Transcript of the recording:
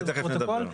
על זה תכף נדבר.